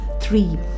three